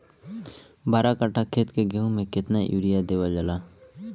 बारह कट्ठा खेत के गेहूं में केतना यूरिया देवल जा?